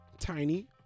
tiny